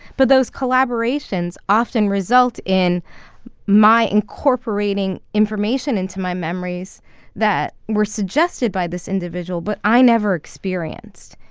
but those collaborations often result in my incorporating information into my memories that were suggested by this individual, but i never experienced.